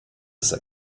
ist